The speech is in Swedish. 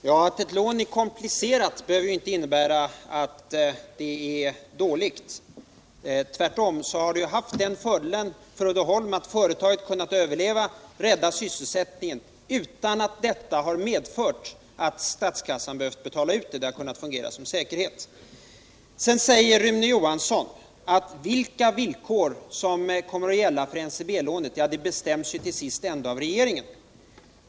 Herr talman! Att en låneform är komplicerad behöver inte innebära att den är dålig. Tvärtom har det haft den fördelen för Uddeholm att företaget har kunnat överleva och rädda sysselsättningen utan att detta har medfört att statskassan behövt betala ut lånet — det har kunnat fungera som säkerhet. Rune Johansson i Ljungby säger att vilka villkor som kommer att gälla för NCB-lånet till sist bestäms av regeringen.